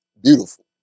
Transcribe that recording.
beautiful